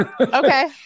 Okay